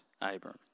Abram